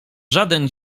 żaden